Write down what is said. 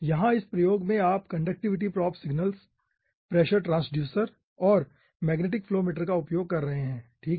यहां इस प्रयोग में आप conductivity probe signals pressure transducer और मैग्नेटिक फ्लो मीटर का उपयोग कर रहे हैं ठीक है